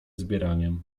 zbieraniem